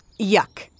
yuck